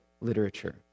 literature